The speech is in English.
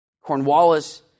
Cornwallis